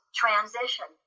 transition